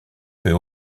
peut